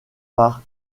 par